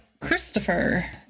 Christopher